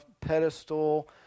pedestal